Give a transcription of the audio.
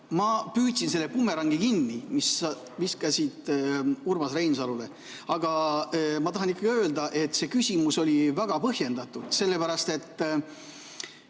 Ma püüdsin kinni selle bumerangi, mis sa viskasid Urmas Reinsalule. Aga ma tahan ikkagi öelda, et see küsimus oli väga põhjendatud, sellepärast et